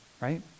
Right